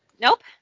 Nope